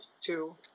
two